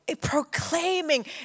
proclaiming